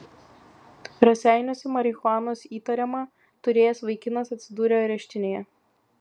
raseiniuose marihuanos įtariama turėjęs vaikinas atsidūrė areštinėje